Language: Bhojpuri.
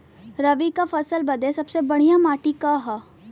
रबी क फसल बदे सबसे बढ़िया माटी का ह?